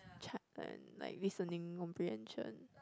cha~ and like listening comprehension